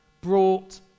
brought